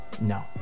no